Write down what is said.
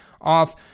off